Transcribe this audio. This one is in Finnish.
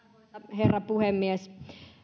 herra puhemies